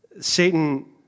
Satan